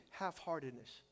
half-heartedness